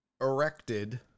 erected